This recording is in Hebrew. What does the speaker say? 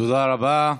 תודה רבה.